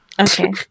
okay